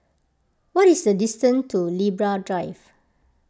what is the distance to Libra Drive